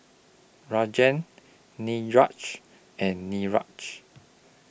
Rajan Niraj and Niraj